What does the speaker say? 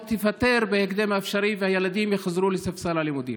תיפתר בהקדם האפשרי והילדים יחזרו לספסל הלימודים.